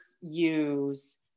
use